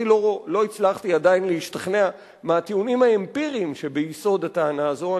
אני לא הצלחתי עדיין להשתכנע מהטיעונים האמפיריים שביסוד הטענה הזאת.